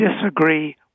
disagree